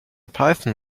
python